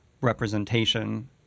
representation